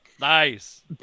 nice